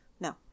No